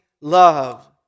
love